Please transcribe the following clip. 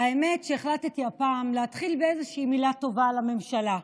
האמת היא שהחלטתי הפעם להתחיל באיזושהי מילה טובה על הממשלה,